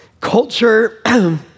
culture